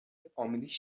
فامیلش